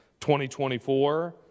2024